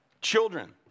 Children